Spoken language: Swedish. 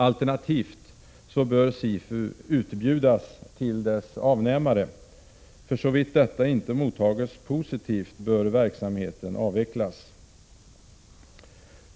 Alternativt bör SIFU utbjudas till avnämarna. För så vitt detta inte mottas positivt bör verksamheten avvecklas.